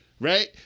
Right